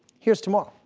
here's tomorrow.